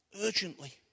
urgently